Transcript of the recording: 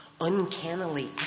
uncannily